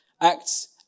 Acts